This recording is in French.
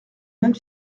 même